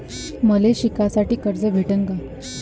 मले शिकासाठी कर्ज भेटन का?